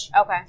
okay